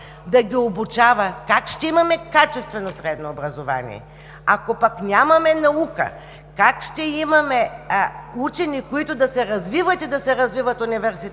да ги обучава, как ще имаме качествено средно образование? Ако пък нямаме наука, как ще имаме учени, които да се развиват и да се развиват университетите?